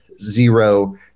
zero